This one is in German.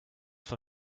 vor